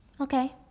Okay